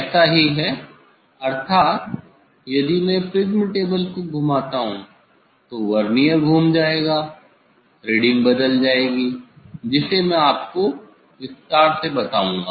ऐसा ही है अर्थात यदि मैं प्रिज्म टेबल को घुमाता हूं तो वर्नियर घूम जाएगा रीडिंग बदल जायेगी जिसे मैं आपको विस्तार से बताऊंगा